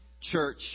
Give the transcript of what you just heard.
church